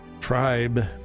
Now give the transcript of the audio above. tribe